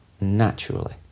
naturally